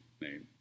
name